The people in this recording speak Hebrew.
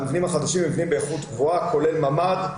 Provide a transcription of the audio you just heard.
המבנים החדשים הם מבנים באיכות גבוהה כולל ממ"ד.